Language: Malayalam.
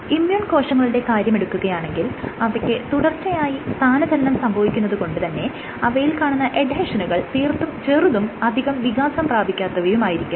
എന്നാൽ ഇമ്മ്യൂൺ കോശങ്ങളുടെ കാര്യമെടുക്കുകയാണെങ്കിൽ അവയ്ക്ക് തുടർച്ചായി സ്ഥാനചലനം സംഭവിക്കുന്നത് കൊണ്ട് തന്നെ അവയിൽ കാണുന്ന എഡ്ഹെഷനുകൾ തീർത്തും ചെറുതും അധികം വികാസം പ്രാപിക്കാത്തവയുമായിരിക്കും